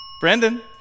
brandon